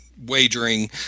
wagering